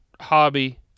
hobby